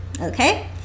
Okay